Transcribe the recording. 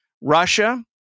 Russia